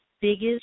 biggest